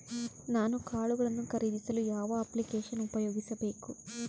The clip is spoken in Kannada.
ನಾನು ಕಾಳುಗಳನ್ನು ಖರೇದಿಸಲು ಯಾವ ಅಪ್ಲಿಕೇಶನ್ ಉಪಯೋಗಿಸಬೇಕು?